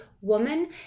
woman